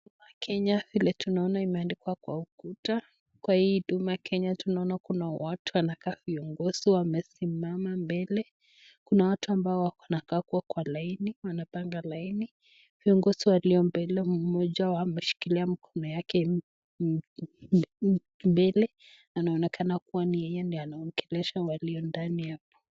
Huduma kenya vile tunaona imeandikwa kwa ukuta, kwa hii huduma kenya tunaona kuna watu wanakaa, viongozi wamesimama mbele, kuna watu ambao wanakaa huko kwa laini wanapanga laini, viongozi waliyo mbele mmoja ameshikilia mkono wake mbele. Anaonekana yeye ndio anaongelesha walio ndani.